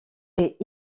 est